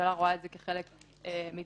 הממשלה רואה את זה כחלק מתהליך